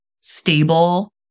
stable